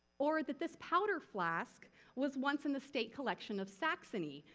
or that this powder flask was once in the state collection of saxony,